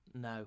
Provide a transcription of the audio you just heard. No